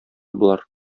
болар